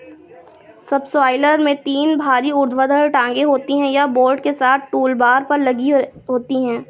subsoiler में तीन भारी ऊर्ध्वाधर टांगें होती हैं, यह बोल्ट के साथ टूलबार पर लगी होती हैं